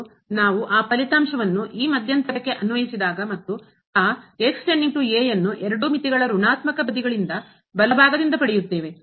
ಮತ್ತು ನಾವು ಆ ಫಲಿತಾಂಶವನ್ನು ಈ ಮಧ್ಯಂತರಕ್ಕೆ ಅನ್ವಯಿಸಿದಾಗ ಮತ್ತು ಆ ಅನ್ನು ಎರಡೂ ಮಿತಿಗಳ ಋಣಾತ್ಮಕ ಬದಿಗಳಿಂದ ಬಲಭಾಗದಿಂದ ಪಡೆಯುತ್ತೇವೆ